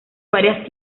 varias